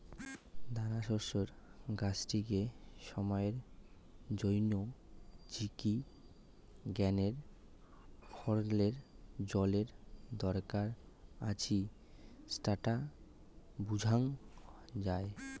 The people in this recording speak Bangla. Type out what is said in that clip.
দানাশস্যের গাছটিকে সময়ের জইন্যে ঝিমি গ্যানে ফছলের জলের দরকার আছি স্যাটা বুঝাং যাই